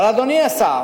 אבל, אדוני השר,